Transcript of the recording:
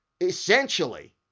Essentially